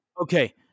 Okay